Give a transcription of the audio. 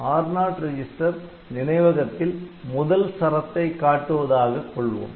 R0 register நினைவகத்தில் முதல் சரத்தை காட்டுவதாகக் கொள்வோம்